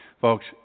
Folks